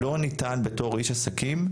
לא ניתן בתור איש עסקים,